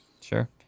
Sure